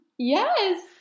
Yes